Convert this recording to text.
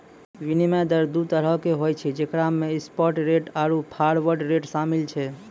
विनिमय दर दु तरहो के होय छै जेकरा मे स्पाट रेट आरु फारवर्ड रेट शामिल छै